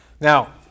Now